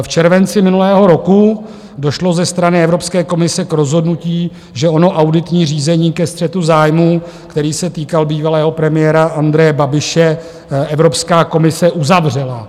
V červenci minulého roku došlo ze strany Evropské komise k rozhodnutí, že ono auditní řízení ke střetu zájmů, který se týkal bývalého premiéra Andreje Babiše, Evropská komise uzavřela.